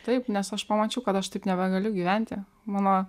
taip nes aš pamačiau kad aš taip nebegaliu gyventi mano